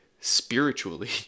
spiritually